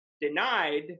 denied